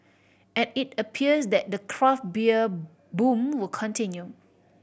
and it appears that the craft beer boom will continue